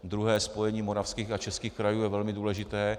Druhé spojení moravských a českých krajů je velmi důležité.